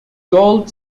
gold